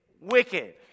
wicked